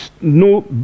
no